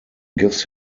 gives